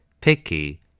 Picky